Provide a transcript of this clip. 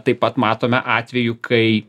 taip pat matome atvejų kai